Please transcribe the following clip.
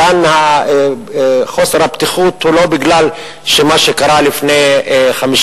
כאן חוסר הפתיחות הוא לא כי מה שקרה לפני 50